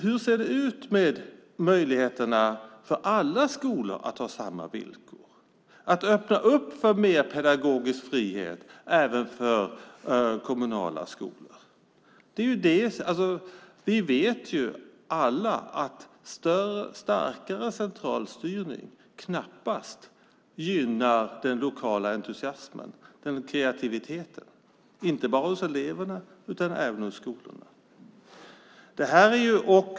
Hur ser det ut med möjligheterna för alla skolor att ha samma villkor och öppna för mer pedagogisk frihet även för kommunala skolor? Vi vet att starkare centralstyrning knappast gynnar den lokala entusiasmen och kreativiteten vare sig hos eleverna eller i skolorna.